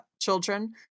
children